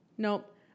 Nope